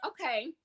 okay